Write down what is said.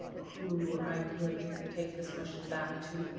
ah who i could take this question back to.